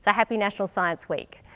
ah happy national science week.